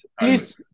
please